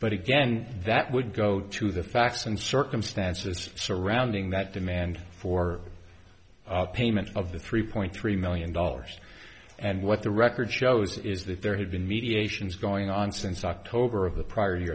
but again that would go to the facts and circumstances surrounding that demand for payment of the three point three million dollars and what the record shows is that there had been mediation is going on since october of the prior